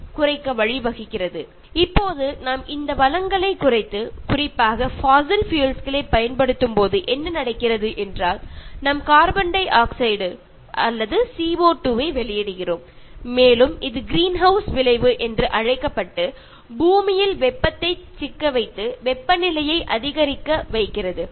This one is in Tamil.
Refer Slide Time 1026 இப்போது நாம் இந்த வளங்களை குறைத்து குறிப்பாக போஷில் பியூல்ஸ் களைப் பயன்படுத்தும்போது என்ன நடக்கிறது என்றால் நாம் கார்பன் டை ஆக்சைடு அல்லது சிஓ2வை வெளியிடுகிறோம் மேலும் இது கிரீன்ஹவுஸ் விளைவு என்று அழைக்கப்பட்டு பூமியில் வெப்பத்தை சிக்க வைத்து வெப்பநிலையை அதிகரிக்க வைக்கிறது